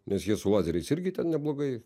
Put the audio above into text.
nes jie su lazeriais irgi ten neblogai